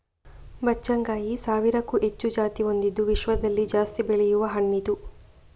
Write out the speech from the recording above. ಬಚ್ಚಗಾಂಯಿ ಸಾವಿರಕ್ಕೂ ಹೆಚ್ಚು ಜಾತಿ ಹೊಂದಿದ್ದು ವಿಶ್ವದಲ್ಲಿ ಜಾಸ್ತಿ ಬೆಳೆಯುವ ಹಣ್ಣಿದು